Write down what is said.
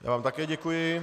Já vám také děkuji.